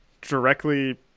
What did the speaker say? directly